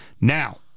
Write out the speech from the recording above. Now